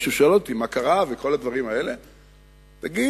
הוא שאל אותי מה קרה וכל מיני דברים כאלה, תגיד,